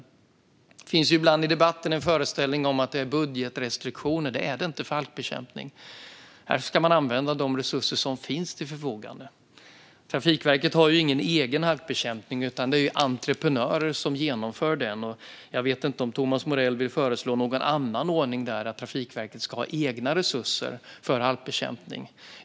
I debatten finns ibland en föreställning om att det handlar om budgetrestriktioner. Sådana finns inte för halkbekämpning. Här ska man använda de resurser som står till förfogande. Trafikverket har ingen egen halkbekämpning, utan det är entreprenörer som genomför den. Vill Thomas Morell föreslå någon annan ordning och att Trafikverket ska ha egna resurser för halkbekämpning?